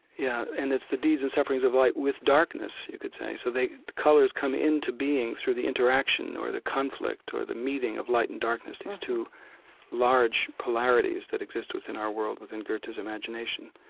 yeah. and it's the deeds and sufferings of light with darkness you could say. so the colors come in to being through the interaction or the conflict or the meeting of light and darkness, these two large polarities that exist within our world within goethe's imagination.